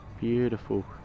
beautiful